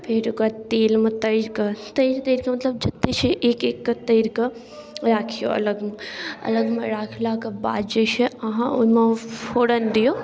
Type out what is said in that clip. फेर ओकरा तेलमे तरिकऽ तरि तरिकऽ मतलब जतेक छै एक एकके तरिकऽ राखिऔ अलग अलगमे राखलाके बाद जे छै अहाँ ओहिमे फोरन दिऔ